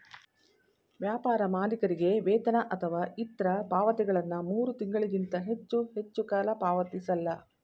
ವ್ಯಾಪಾರ ಮಾಲೀಕರಿಗೆ ವೇತನ ಅಥವಾ ಇತ್ರ ಪಾವತಿಗಳನ್ನ ಮೂರು ತಿಂಗಳಿಗಿಂತ ಹೆಚ್ಚು ಹೆಚ್ಚುಕಾಲ ಪಾವತಿಸಲ್ಲ